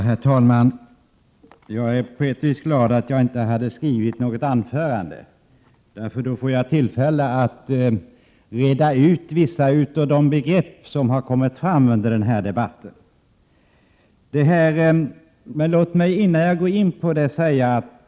Herr talman! Jag är på ett sätt glad att jag inte hade skrivit något anförande, därför att det ger mig tillfälle att reda ut vissa av de begrepp som har kommit fram under denna debatt.